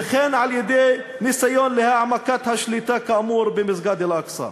וכן על-ידי ניסיון להעמקת השליטה כאמור במסגד אל-אקצא.